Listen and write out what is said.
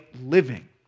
living